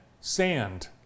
Sand